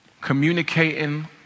communicating